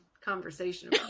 conversation